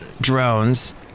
drones